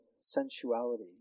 sensuality